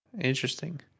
Interesting